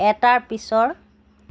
এটাৰ পিছৰ